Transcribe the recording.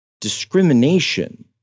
discrimination